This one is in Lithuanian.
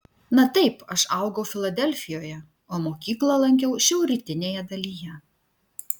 na taip aš augau filadelfijoje o mokyklą lankiau šiaurrytinėje dalyje